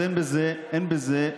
אז אין בזה היגיון.